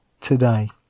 today